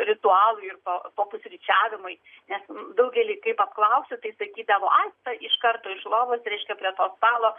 ritualui ir po papusryčiavimui nes daugelį kaip apklausi tai sakydavo ai iš karto iš lovos reiškia prie to stalo